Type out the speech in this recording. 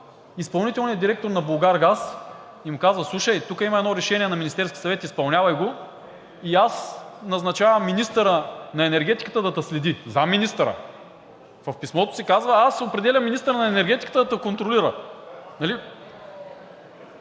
изпълнителния директор на „Булгаргаз“ и му казва: слушай, тук има едно решение на Министерския съвет, изпълнявай го и аз назначавам министърът на енергетиката да те следи. Заместник-министърът в писмото си казва: аз определям министърът на енергетиката да те контролира,